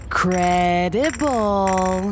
credible